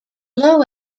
low